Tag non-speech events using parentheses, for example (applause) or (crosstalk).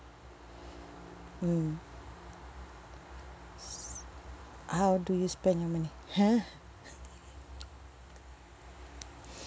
mm how do you spend your money !huh! (laughs)